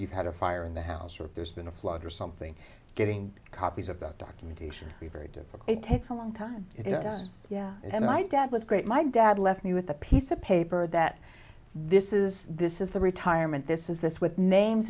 you've had a fire in the house or if there's been a flood or something getting copies of that documentation be very difficult it takes a long time it does yeah and i dad was great my dad left me with a piece of paper that this is this is the retirement this is this with names